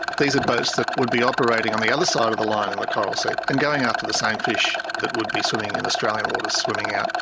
these are boats that would be operating on the other side of the line in the coral sea, and going after the same fish that would be swimming in australian waters, swimming out,